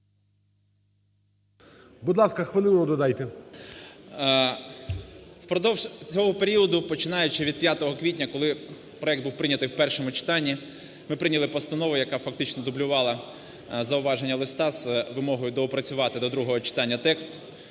Будь ласка, хвилину додайте. ВІННИК І.Ю. Впродовж цього періоду, починаючи від 5 квітня, коли проект був прийнятий в першому читанні, ми прийняли постанову, яка фактично дублювала зауваження листа з вимогою доопрацювати до другого читання текст,